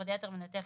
"פודיאטר מנתח",